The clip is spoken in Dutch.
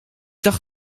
dacht